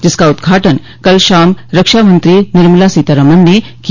जिसका उद्घाटन कल शाम रक्षा मंत्री निर्मला सीतारामन ने किया